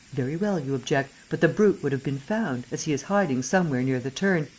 very well, you object, but the brute would have been found, as he is hiding somewhere near the turn,